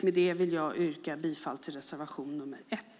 Med detta vill jag yrka bifall till reservation nr 1.